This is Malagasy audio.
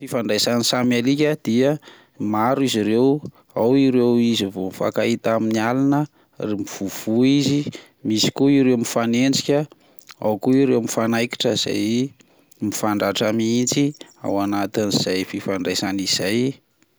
Ny fifandraisany samy alika dia maro izy ireo, ao ireo izy vo mifakahita amin'ny alina mivovoa izy misy koa ireo mifanenjika, ao ko ireo mifanaikitra izay mifandratra mihitsy ao anatin'izay fifandraisana izay.